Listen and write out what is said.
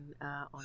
on